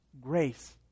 Grace